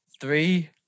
three